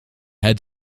had